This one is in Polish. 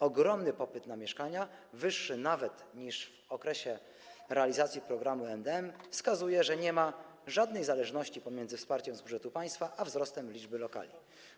Ogromny popyt na mieszkania, wyższy nawet niż w okresie realizacji programu MdM, wskazuje, że nie ma żadnej zależności pomiędzy wsparciem z budżetu państwa a wzrostem liczby lokali.